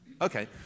Okay